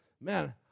man